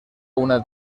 una